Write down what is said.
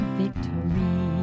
victory